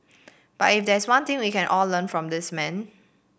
but if there's one thing we can all learn from this man